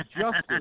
justice